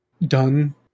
done